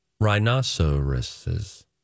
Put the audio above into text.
rhinoceroses